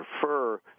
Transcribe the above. prefer